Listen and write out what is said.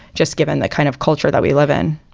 just given the kind of culture that we live in,